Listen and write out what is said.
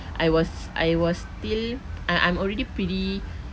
I was I was still uh I'm already pretty